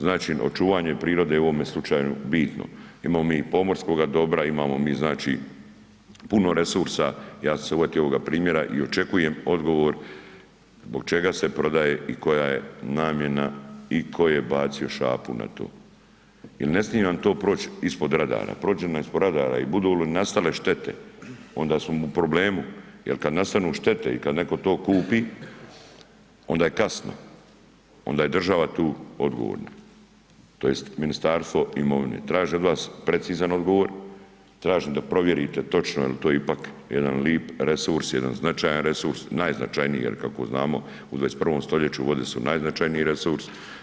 Znači, očuvanje prirode u ovome slučaju je bitno, imamo mi i pomorskoga dobra, imamo mi znači puno resursa, ja sam se uvatio ovoga primjera i očekujem odgovor zbog čega se prodaje i koja je namjena i tko je bacio šapu na to, jel ne smi nam to proć ispod radara, prođe li nam ispod radara i budu li nastale štete, onda smo u problemu jel kad nastanu štete i kad netko to kupi onda je kasno, onda je država tu odgovorna tj. Ministarstvo imovine, tražim od vas precizan odgovor, tražim da provjerite točno jel to ipak jedan lip resurs, jedan značajan resurs, najznačajniji, jer kako znamo u 21. stoljeću vode su najznačajniji resurs.